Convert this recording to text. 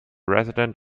resident